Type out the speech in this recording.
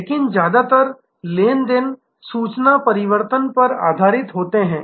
लेकिन ज्यादातर लेनदेन सूचना परिवर्तन पर आधारित होते हैं